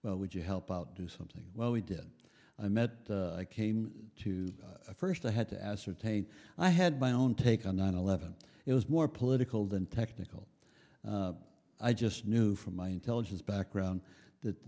well would you help out do something well we did i met i came to first i had to ascertain i had my own take on nine eleven it was more political than technical i just knew from my intelligence background that